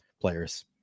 players